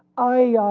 i